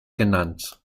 genannt